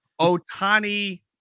Otani